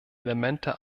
elemente